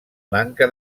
manca